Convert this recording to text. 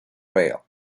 rail